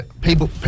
people